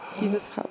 Dieses